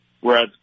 Whereas